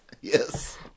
Yes